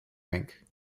rink